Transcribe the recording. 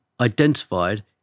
identified